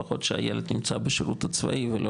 לפחות שהילד נמצא בשירות הצבאי ולא